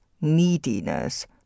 neediness